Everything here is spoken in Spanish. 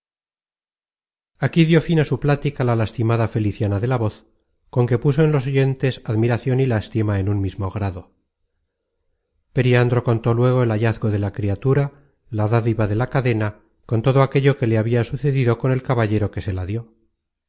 aquí dió fin á su plática la lastimada feliciana de la voz con que puso en los oyentes admiracion y lástima en un mismo grado periandro contó luego el hallazgo de la criatura la dádiva de la cadena con todo aquello que le habia sucedido con el caballero que se la dió